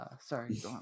sorry